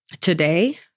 Today